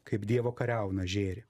kaip dievo kariauna žėri